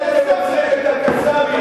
400 ילדים, בתי-ספר.